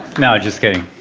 no, just kidding.